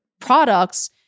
products